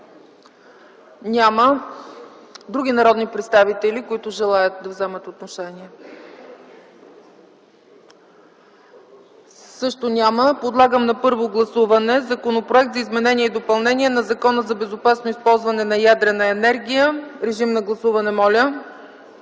ли други народни представители, които желаят да вземат отношение? Няма. Подлагам на първо гласуване Законопроект за изменение и допълнение на Закона за безопасно използване на ядрена енергия. Гласували